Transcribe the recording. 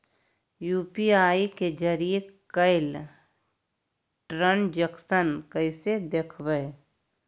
UPI के जरिए कैल ट्रांजेक्शन कैसे देखबै?